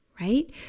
right